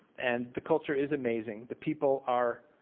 and the culture is amazing. the people are